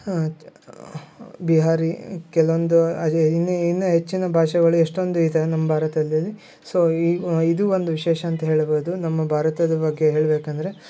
ಬಿಹಾರಿ ಕೆಲವೊಂದು ಅಜು ಇನ್ನೂ ಇನ್ನೂ ಹೆಚ್ಚಿನ ಭಾಷೆಗಳು ಎಷ್ಟೊಂದು ಇದೆ ನಮ್ಮ ಭಾರತದಲ್ಲಿ ಸೋ ಈ ಇದು ಒಂದು ವಿಶೇಷ ಅಂತ ಹೇಳ್ಬೋದು ನಮ್ಮ ಭಾರತದ ಬಗ್ಗೆ ಹೇಳ್ಬೇಕು ಅಂದರೆ